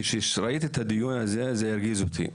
כשראיתי את הדיון הזה זה הרגיז אותי.